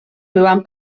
byłam